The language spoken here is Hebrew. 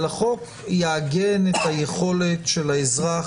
אבל החוק יעגן את היכולת של האזרח